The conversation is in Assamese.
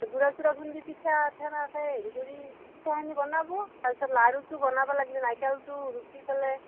গুড়া চুড়া খুন্দি পিঠাত সেনাকে হেৰি কৰি পিঠাখিনি বনাবো তাৰ পিছত লাৰুটো বনাব লাগিলে নাৰিকলটো ৰুকি ফেলে